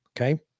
okay